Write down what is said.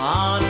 on